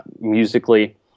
musically